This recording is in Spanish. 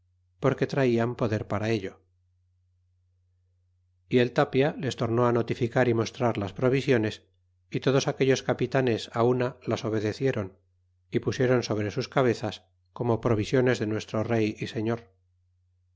porque traian poder para ello y el tapia les tornó notificar y mostrar las provisiones y todos aquellos capitanes una las obedecieron y pusieron sobre sus cabezas como provisiones de nuestro rey y señor